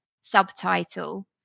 subtitle